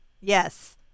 Yes